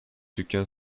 dükkan